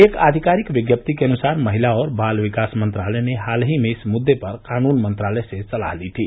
एक आधिकारिक विज्ञप्ति के अनुसार महिला और बाल विकास मंत्रालय ने हाल ही में इस मुद्दे पर कानून मंत्रालय से सलाह ली थी